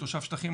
הוא תושב שטחים,